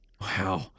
Wow